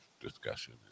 discussion